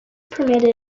permitted